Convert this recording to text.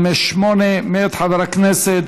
458, מאת חבר הכנסת